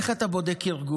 איך אתה בודק ארגון?